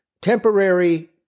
temporary